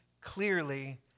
clearly